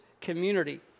community